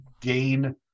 gain